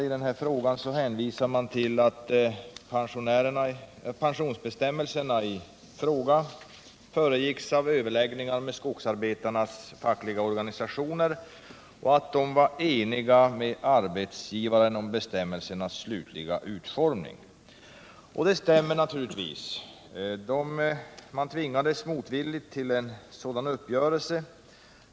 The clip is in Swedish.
I denna fråga hänvisar utskottet till att pensionsbestämmelserna föregicks av överläggningar med skogsarbetarnas fackliga organisationer och att dessa var eniga med arbetsgivaren om bestämmelsernas slutliga utformning. Det stämmer naturligtvis. Man tvingades motvilligt till en sådan uppgörelse.